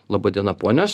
laba diena ponios